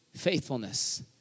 faithfulness